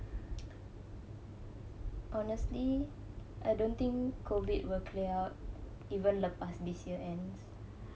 honestly I don't think COVID will clear out even lepas this year ends